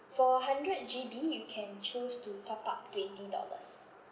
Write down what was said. for hundred G_B you can choose to top up twenty dollars